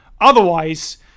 otherwise